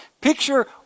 Picture